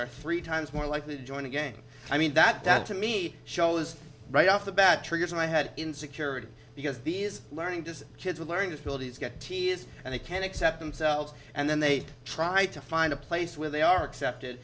are three times more likely to join again i mean that that to me shows right off the bat triggers in my head insecurity because these learning to kids with learning disabilities get teased and they can accept themselves and then they try to find a place where they are accepted